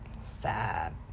Sad